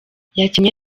yakinnye